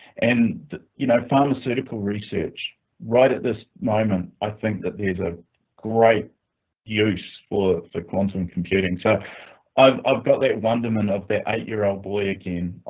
and you know pharmaceutical research right at this moment. i think that there's a great use for the quantum computing, so i've got that wonderment of the eight year old boy again,